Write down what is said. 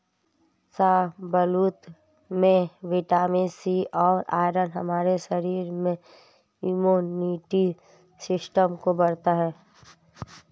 शाहबलूत में vitamin C और आयरन हमारे शरीर में इम्युनिटी सिस्टम को बढ़ता है